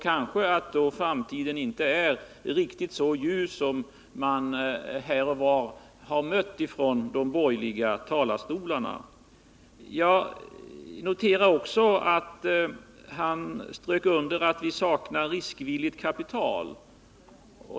Kanske framtiden alltså inte är riktigt så ljus som man har antytt från de borgerliga talarstolarna. Jag noterar också att Johan Olsson strök under att vi saknar riskvilligt kapital.